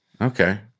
Okay